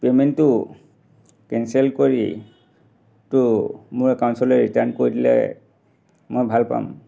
পে'মেণ্টটো কেঞ্চেল কৰি তো মোৰ একাউন্টচলৈ ৰিটাৰ্ণ কৰি দিলে মই ভাল পাম